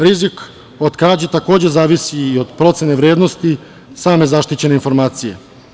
Rizik od krađe takođe zavisi i od procene vrednosti same zaštićene informacije.